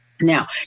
Now